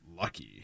Lucky